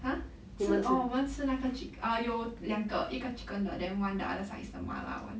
!huh! 吃 orh 我们吃那个 chi~ err 有两个一个 chicken 的 then the other side is the mala [one]